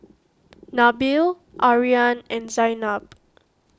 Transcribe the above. Nabil Aryan and Zaynab